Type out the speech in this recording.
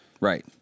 Right